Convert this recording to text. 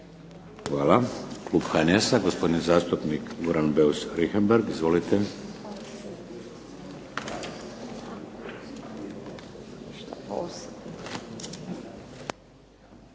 Hvala. Klub HNS-a, gospodin zastupnik Goran Beus Richembergh. Izvolite.